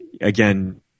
again